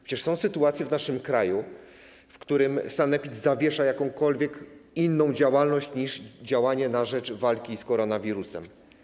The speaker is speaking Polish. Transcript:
Przecież są takie sytuacje w naszym kraju, że sanepid zawiesza jakąkolwiek inną działalność niż działanie na rzecz walki z koronawirusem.